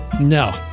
no